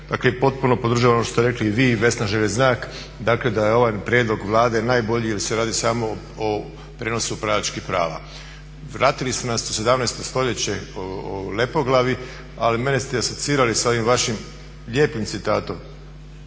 I potpuno podržavam ono što ste rekli i vi i Vesna Želježnjak, dakle da je ovaj prijedlog Vlade najbolji jer se radi samo o prijenosu upravljačkih prava. Vratili su nas u 17. stoljeće u Lepoglavi, ali mene ste asocirali s ovim vašim lijepim citatom